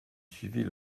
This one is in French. suivit